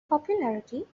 popularity